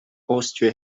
austro